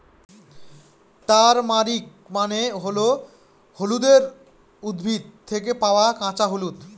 turmeric মানে হল হলুদের উদ্ভিদ থেকে পাওয়া কাঁচা হলুদ